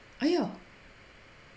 !aiyo!